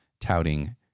touting